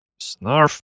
Snarf